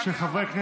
699,